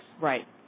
Right